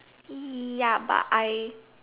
ya but I